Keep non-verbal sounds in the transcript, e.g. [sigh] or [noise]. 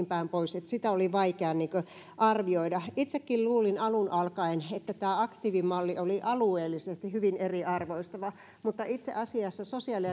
[unintelligible] päin pois sitä oli vaikea arvioida itsekin luulin alun alkaen että tämä aktiivimalli oli alueellisesti hyvin eriarvoistava mutta itse asiassa sosiaali [unintelligible]